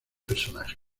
personaje